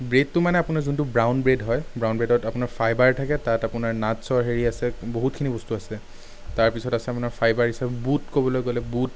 ব্ৰেডটো মানে আপোনাৰ যোনটো ব্ৰাউন ব্ৰেড হয় ব্ৰাউন ব্ৰেডত আপোনাৰ ফাইবাৰ থাকে তাত আপোনাৰ নাট্ছৰ হেৰি আছে বহুতখিনি বস্তু আছে তাৰপিছত আছে আপোনাৰ ফাইবাৰ হিচাপে বুট ক'বলৈ গ'লে বুট